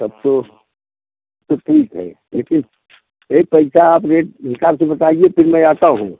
तब तो तो ठीक है देखिए यही पैसा आप रेट हिसाब से बताइए फिर मैं आता हूँ